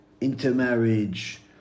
intermarriage